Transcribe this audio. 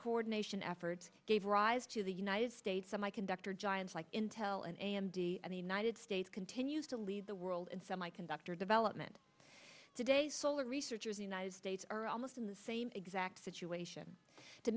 coordination efforts gave rise to the united states on my conductor giants like intel and a m d and the united states continues to lead the world and semiconductor development today solar researchers the united states are almost in the same exact situation to